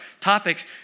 topics